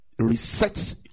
resets